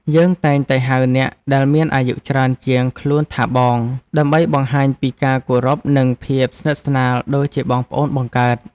យើងតែងតែហៅអ្នកដែលមានអាយុច្រើនជាងខ្លួនថាបង ដើម្បីបង្ហាញពីការគោរពនិងភាពស្និទ្ធស្នាលដូចជាបងប្អូនបង្កើត។